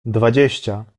dwadzieścia